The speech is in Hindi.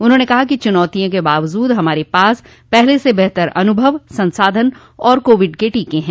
उन्होंने कहा कि चुनौतियों के बावजूद हमारे पास पहले से बेहतर अनुभव संसाधन और कोविड के टीके हैं